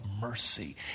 mercy